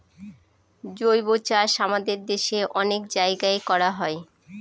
জৈবচাষ আমাদের দেশে অনেক জায়গায় করা হয়